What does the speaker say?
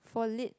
for lit